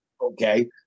Okay